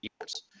years